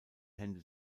hände